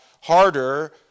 harder